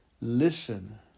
Listen